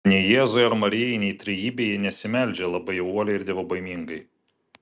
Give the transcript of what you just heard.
ir nei jėzui ar marijai nei trejybei jie nesimeldžia labai jau uoliai ir dievobaimingai